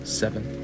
seven